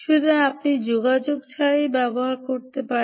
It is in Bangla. সুতরাং আপনি যোগাযোগ ছাড়াই ব্যবহার করতে পারেন